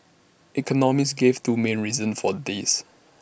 economists gave two main reasons for this